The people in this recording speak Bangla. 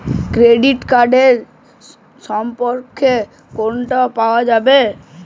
ক্রেডিট কার্ড র স্টেটমেন্ট কোথা থেকে পাওয়া যাবে?